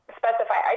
specify